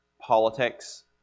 politics